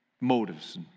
motives